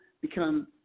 become